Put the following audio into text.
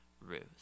Ruth